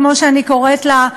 כמו שאני קוראת לה,